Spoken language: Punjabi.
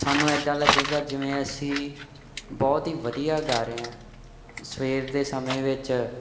ਸਾਨੂੰ ਇੱਦਾਂ ਲੱਗੇਗਾ ਜਿਵੇਂ ਅਸੀਂ ਬਹੁਤ ਹੀ ਵਧੀਆ ਗਾ ਰਹੇ ਹਾਂ ਸਵੇਰ ਦੇ ਸਮੇਂ ਵਿੱਚ